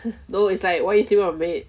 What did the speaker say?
no it's like why are you sleeping on my bed